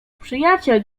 przyjaciel